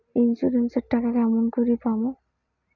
Insurance এর টাকা কেমন করি পাম?